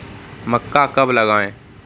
मक्का कब लगाएँ?